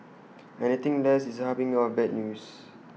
anything less is A harbinger of bad news